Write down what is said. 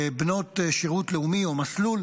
בנות שירות לאומי או מסלול